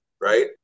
right